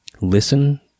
Listen